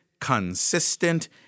consistent